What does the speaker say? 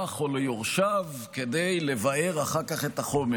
או ליורשיו כדי לבער אחר כך את החומר,